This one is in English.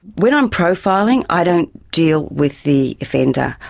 when i'm profiling i don't deal with the offender,